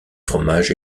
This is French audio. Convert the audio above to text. fromage